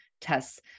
tests